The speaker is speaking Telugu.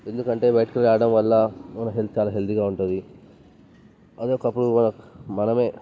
ఏందుకంటే బయటకి వెళ్ళి ఆడడం వల్ల మన హెల్త్ చాలా హెల్దీగా ఉంటుంది అదే ఒకప్పుడు మన మనమే